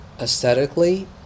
Aesthetically